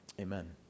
Amen